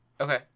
Okay